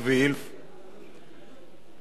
יוכלו בני-הזוג